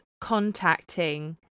contacting